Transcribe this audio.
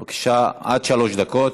בבקשה, עד שלוש דקות.